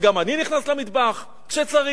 גם אני נכנס למטבח כשצריך.